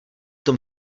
tom